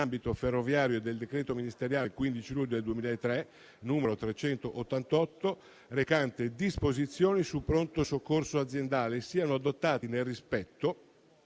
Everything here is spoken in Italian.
ambito ferroviario del decreto ministeriale 15 luglio 2003, n. 388, recante disposizioni sul pronto soccorso aziendale, siano adottati nel rispetto